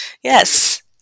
Yes